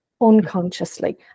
unconsciously